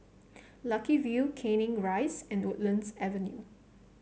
Lucky View Canning Rise and Woodlands Avenue